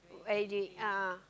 where do you a'ah